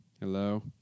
hello